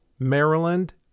Maryland